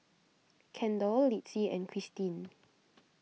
Kendal Litzy and Kristyn